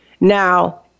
Now